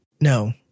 No